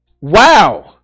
wow